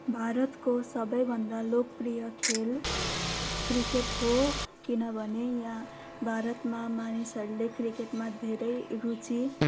भारतको सबैभन्दा लोकप्रिय खेल क्रिक्रेट हो किनभने यहाँ भारतमा मानिसहरूले क्रिक्रेटमा धेरै रुचि